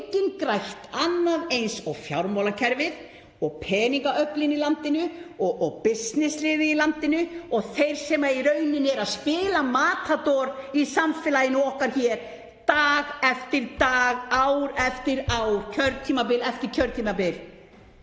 enginn grætt annað eins og fjármálakerfið, peningaöflin og bisnessliðið í landinu og þeir sem eru í raun að spila Matador í samfélaginu okkar dag eftir dag, ár eftir ár, kjörtímabil eftir kjörtímabil